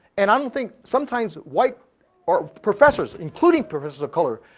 and i don't think sometimes white or professors, including professors of color,